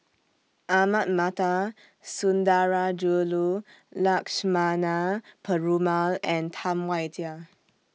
Ahmad Mattar Sundarajulu Lakshmana Perumal and Tam Wai Jia